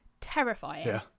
terrifying